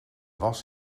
was